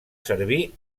servir